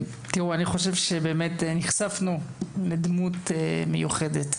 אני חושב שבאת נחשפנו לדמות מיוחדת,